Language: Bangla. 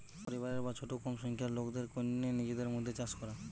পরিবারের বা ছোট কম সংখ্যার লোকদের কন্যে নিজেদের মধ্যে চাষ করা